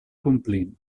complir